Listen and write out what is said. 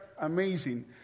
amazing—